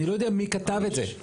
אני לא יודע מי כתב את זה.